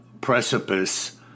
precipice